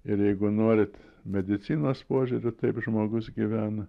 ir jeigu norit medicinos požiūriu taip žmogus gyvena